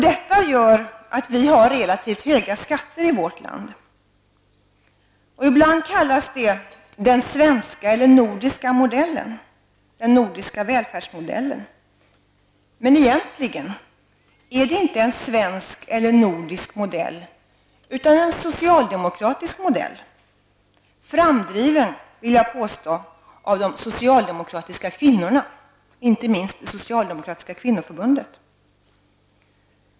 Detta gör att vi har relativt höga skatter i vårt land. Ibland kallas detta den svenska eller nordiska välfärdsmodellen, men egentligen är det inte en svensk eller nordisk modell utan en socialdemokratisk modell, framdriven -- vill jag påstå -- av de socialdemokratiska kvinnorna, inte minst det socialdemokratiska kvinnoförbundet.